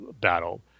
battle